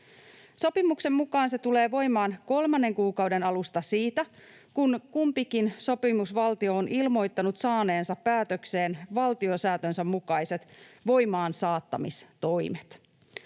Sopimuksen mukaan se tulee voimaan kolmannen kuukauden alusta siitä, kun kumpikin sopimusvaltio on ilmoittanut saaneensa päätökseen valtiosääntönsä mukaiset voimaansaattamistoimet.